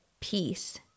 peace